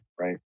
right